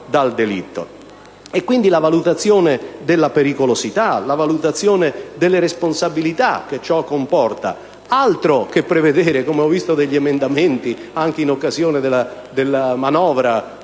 quindi, la valutazione della pericolosità e la valutazione delle responsabilità che ciò comporta: altro che prevedere, come ho visto in alcuni emendamenti, anche in occasione della manovra-*bis*,